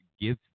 give